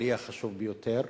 הכלכלי החשוב ביותר.